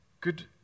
good